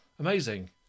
Amazing